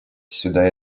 сюда